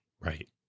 Right